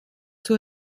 zur